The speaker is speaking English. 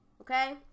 Okay